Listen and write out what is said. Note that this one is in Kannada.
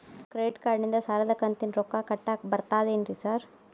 ಕ್ರೆಡಿಟ್ ಕಾರ್ಡನಿಂದ ಸಾಲದ ಕಂತಿನ ರೊಕ್ಕಾ ಕಟ್ಟಾಕ್ ಬರ್ತಾದೇನ್ರಿ ಸಾರ್?